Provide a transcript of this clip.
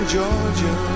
Georgia